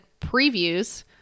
previews